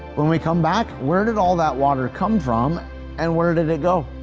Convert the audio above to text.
when we come back, where did all that water come from and where did it go?